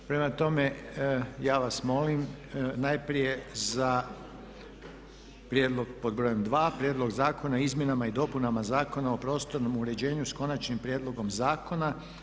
Prema tome, ja vas molim, najprije za prijedlog pod br. 2. Prijedlog zakona o izmjenama i dopunama Zakona o prostornom uređenju sa Konačnim prijedlogom Zakona.